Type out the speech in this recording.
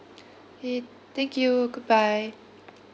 okay thank you goodbye